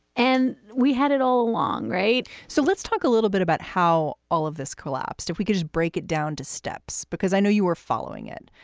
and we had it all along. right so let's talk a little bit about how all of this collapsed. if we could break it down to steps, because i know you were following it.